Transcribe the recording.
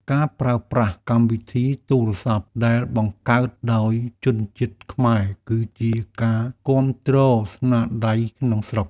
ការប្រើប្រាស់កម្មវិធីទូរស័ព្ទដែលបង្កើតដោយជនជាតិខ្មែរ គឺជាការគាំទ្រស្នាដៃក្នុងស្រុក។